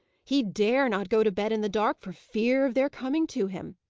he dare not go to bed in the dark for fear of their coming to him.